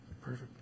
Perfect